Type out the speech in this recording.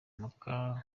muka